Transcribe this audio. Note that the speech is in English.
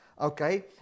okay